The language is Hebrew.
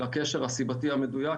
לקשר הסיבתי המדויק,